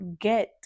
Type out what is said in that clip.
get